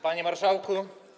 Panie Marszałku!